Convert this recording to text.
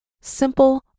simple